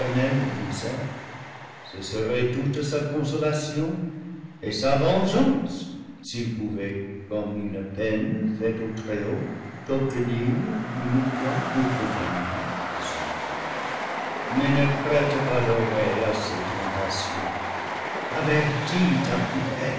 misère ce serait toute sa consolation et sa vengeance s'il pouvait comme une peine faite au très-haut t'obtenir une fois pour compagnon de son malheur mais ne prête pas l'oreille à ses tentations avertis ta plus faible